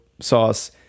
sauce